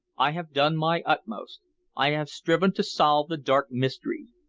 i have done my utmost i have striven to solve the dark mystery,